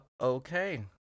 okay